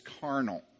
carnal